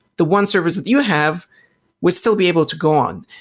the one server that you have would still be able to go on.